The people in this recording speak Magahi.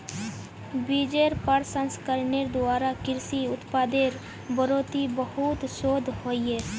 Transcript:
बिजेर प्रसंस्करनेर द्वारा कृषि उत्पादेर बढ़ोतरीत बहुत शोध होइए